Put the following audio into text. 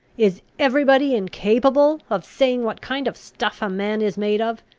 is every body incapable of saying what kind of stuff a man is made of?